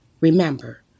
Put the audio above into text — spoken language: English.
Remember